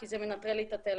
כי זה מנטרל לי את הטלפון.